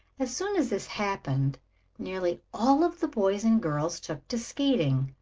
as soon as this happened nearly all of the boys and girls took to skating,